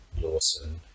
Lawson